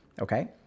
okay